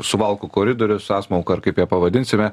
suvalkų koridorius sąsmauka ar kaip ją pavadinsime